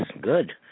good